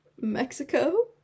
Mexico